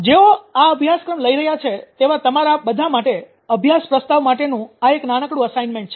જેઓ આ અભ્યાસક્રમ લઈ રહ્યા છે તેવા તમારા બધા માટે અભ્યાસ પ્રસ્તાવ માટેનું આ એક નાનકડું અસાઇનમેંટ છે